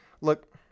look